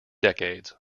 decades